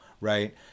right